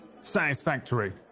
satisfactory